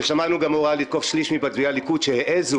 גם שמענו הוראה לתקוף שליש ממתפקדי הליכוד שהעזו